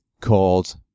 called